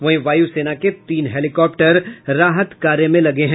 वहीं वायु सेना के तीन हेलीकॉप्टर राहत कार्य में लगे हैं